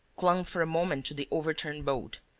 clung for a moment to the overturned boat,